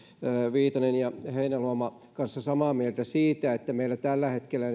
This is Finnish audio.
viitanen ja heinäluoma kanssa samaa mieltä siitä että meillä tällä hetkellä